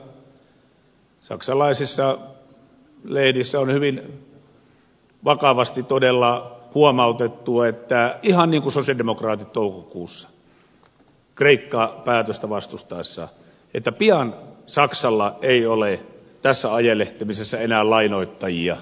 saksalaisissa lehdissä on hyvin vakavasti todella huomautettu ihan niin kuin sosialidemokraatit toukokuussa kreikka päätöstä vastustaessaan että pian saksalla ei ole tässä ajelehtimisessa enää lainoittajia